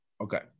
Okay